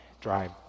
drive